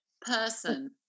person